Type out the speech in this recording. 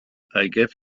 hits